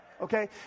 Okay